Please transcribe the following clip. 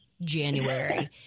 January